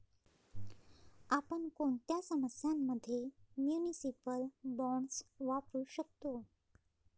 आपण कोणत्या समस्यां मध्ये म्युनिसिपल बॉण्ड्स वापरू शकतो?